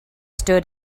stood